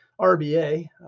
RBA